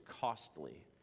costly